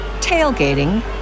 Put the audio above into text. tailgating